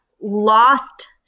lost